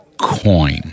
coin